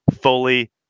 fully